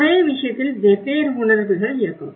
ஒரே விஷயத்தில் வெவ்வேறு உணர்வுகள் இருக்கும்